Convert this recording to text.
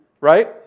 right